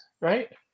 right